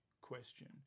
question